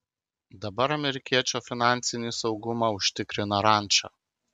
dabar amerikiečio finansinį saugumą užtikrina ranča